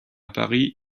paris